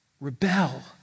rebel